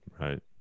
Right